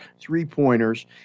three-pointers